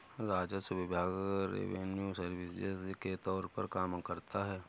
राजस्व विभाग revenue services के तौर पर काम करता है